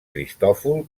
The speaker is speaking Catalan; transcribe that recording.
cristòfol